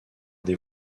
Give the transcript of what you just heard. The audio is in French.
des